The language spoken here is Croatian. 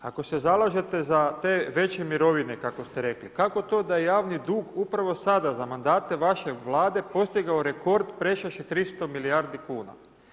Ako se zalažete za te veće mirovine, kako ste rekli, kako to da je javni dug, upravo sada za mandate vaše Vlade, postigao rekord prešavši 300 milijardi kuna.